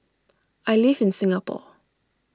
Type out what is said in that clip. I live in Singapore